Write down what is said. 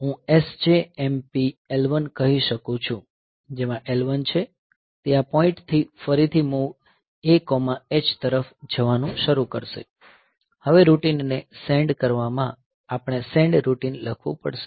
હું SJMP L1 કહી શકું છું જેમાં L1 છે તે આ પોઈન્ટ થી ફરીથી MOV AH તરફ જવાનું શરૂ કરશે હવે રૂટિન ને સેન્ડ કરવા આપણે સેન્ડ રૂટિન લખવું પડશે